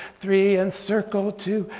three, and circle, two,